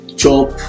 chop